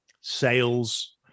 sales